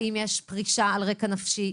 האם יש פרישה על רקע נפשי,